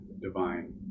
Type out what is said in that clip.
divine